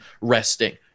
resting